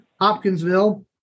Hopkinsville